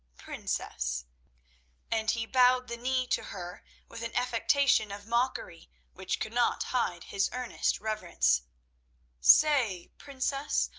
princess and he bowed the knee to her with an affectation of mockery which could not hide his earnest reverence say, princess,